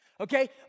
Okay